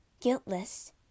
guiltless